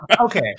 Okay